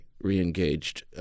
re-engaged